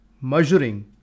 measuring